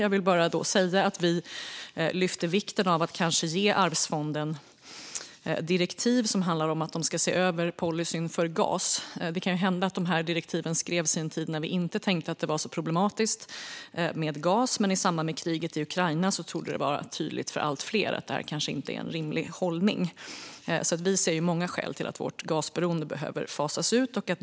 Jag vill bara säga att vi lyfter vikten av att kanske ge arvsfonden direktiv som handlar om att de ska se över policyn för gas. Det kan hända att dessa direktiv skrevs i en tid när vi inte tänkte att det var så problematiskt med gas. Men i och med kriget i Ukraina torde det vara tydligt för allt fler att det här kanske inte är en rimlig hållning. Vi ser många skäl till att vårt gasberoende behöver fasas ut.